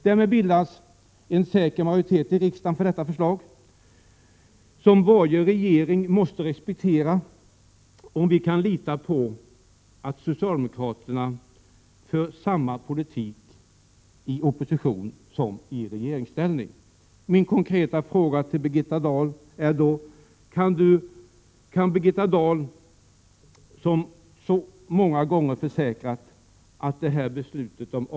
Därmed bildas en säker majoritet i riksdagen för detta förslag, som varje regering måste respektera — om vi kan lita på att socialdemokraterna för samma politik i oppositionen som i regeringsställning. Birgitta Dahl har många gånger försäkrat att beslutet om avveckling av två kärnkraftsreaktorer 1995-1996 står orubbligt fast.